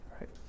right